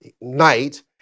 night